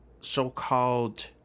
so-called